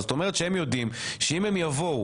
זאת אומרת שהם יודעים שאם הם יבואו